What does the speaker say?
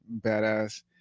badass